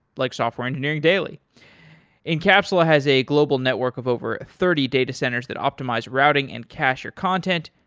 like software engineering daily incapsula has a global network of over thirty data centers that optimize routing and cashier content.